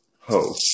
Ho